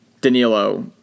Danilo